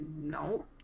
No